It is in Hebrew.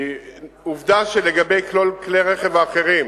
כי עובדה שלגבי כל כלי הרכב האחרים